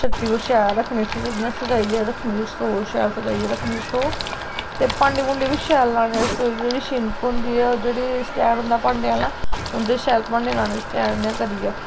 छत्ती पर शैल रक्खनी इ'यां सज़ाइयै रक्खनी रसोऽ शैल सज़ाइयै रक्खनी रसोऽ ते भांडे भूंडे बी शैल लाने रसोई जेह्ड़ी सिनक होंदी ऐ स्टैंड होंदा भांडें आह्ला उं'दे च शैल भांडे लाने इ'यां करियै